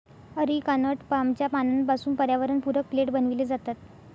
areca nut पामच्या पानांपासून पर्यावरणपूरक प्लेट बनविले जातात